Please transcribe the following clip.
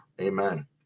Amen